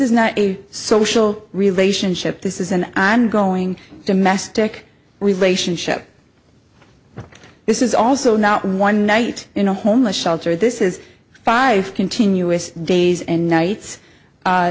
is not a social relationship this is an ongoing domestic relationship this is also not one night in a homeless shelter this is five continuous days and nights